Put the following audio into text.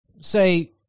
say